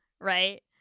right